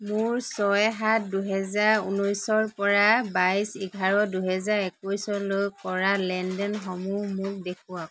মোৰ ছয় সাত দুহেজাৰ ঊনৈছৰ পৰা বাইছ এঘাৰ দুহেজাৰ একৈছ লৈ কৰা লেনদেনসমূহ মোক দেখুৱাওক